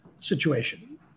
situation